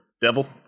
devil